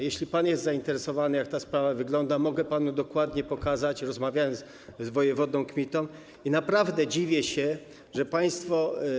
Jeśli pan jest zainteresowany, jak ta sprawa wygląda, mogę panu dokładnie to pokazać, rozmawiałem z wojewodą Kmitą i naprawdę dziwię się, że państwo.